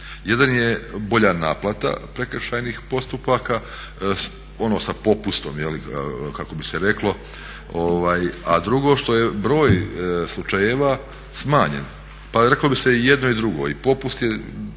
Jedan je bolja naplata prekršajnih postuptaka ono sa popustom kako bi se reklo, a drugo, što je broj slučajeva smanjen. Pa jedno bi se i jedno i drugo i popust je